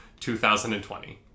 2020